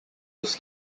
was